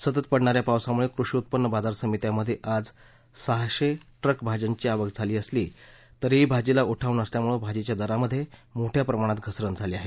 सतत पडणा या पावसामुळे कृषी उत्पन्न बाजार समितीमध्ये आज सहाशे ट्रक भाज्यांची आवक झाली असली तरीही भाजीला उठाव नसल्यामुळे भाजीच्या दरामध्ये मोठ्या प्रमाणात घसरण झाली आहे